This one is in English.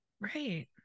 right